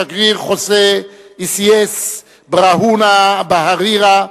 השגריר חוסה איסיאס בראהונה הרירה,